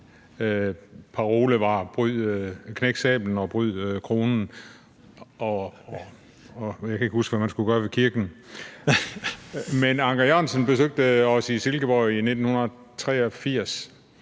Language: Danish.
parole var: Knæk sablen! Bryd kronen! – og jeg kan ikke huske, hvad man skulle gøre ved kirken. Men Anker Jørgensen besøgte os i Silkeborg i 1983,